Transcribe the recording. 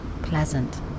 pleasant